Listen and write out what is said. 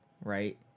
right